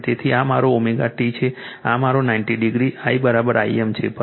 તેથી આ મારો ωt છે આ મારી 90 ડિગ્રી I Im છે